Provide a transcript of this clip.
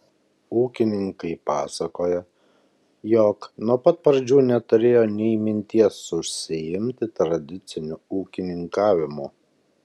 ūkininkai pasakoja jog nuo pat pradžių neturėjo nė minties užsiimti tradiciniu ūkininkavimu